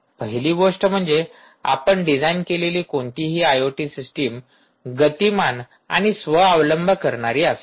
पहिली गोष्ट म्हणजे आपण डिझाइन केलेली कोणतीही आयओटी सिस्टम गतिमान आणि स्व अवलंब करणारी असावी